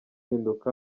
impinduka